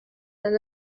than